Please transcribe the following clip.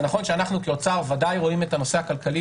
זה נכון שאנחנו כאוצר ודאי רואים את הנושא הכלכלי,